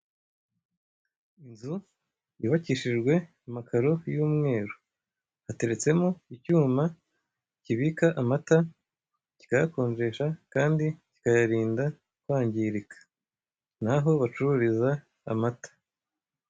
Inzu yubakishijwe amakaro y'umweru hateretsemo icyuma kibika amata kikayakonjesha kandi kikayarinda kwangirika, naho bacururiza amata.